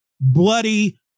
bloody